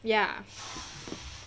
ya